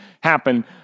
happen